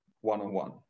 one-on-one